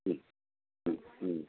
മ്മ് മ്മ് മ്മ്